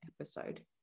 episode